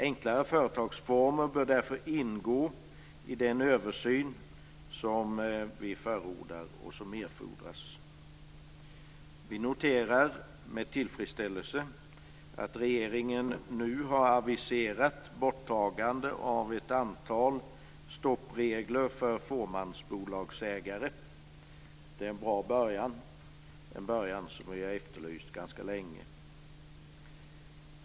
Enklare företagsformer bör därför ingå i den översyn som vi förordar och som erfordras. Vi noterar med tillfredsställelse att regeringen nu har aviserat borttagande av ett antal stoppregler för fåmansbolagsägare. Det är en bra början, en början som vi har efterlyst ganska länge.